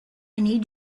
need